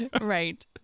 Right